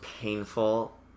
painful